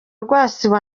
rwasibo